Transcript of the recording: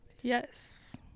yes